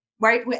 right